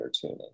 tuning